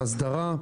ההסדרה,